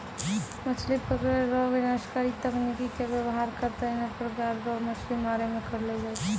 मछली पकड़ै रो विनाशकारी तकनीकी के वेवहार कत्ते ने प्रकार रो मछली मारै मे करलो जाय छै